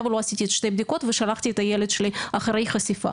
ולא עשיתי שתי בדיקות ושלחתי את הילד שלי אחרי חשיפה.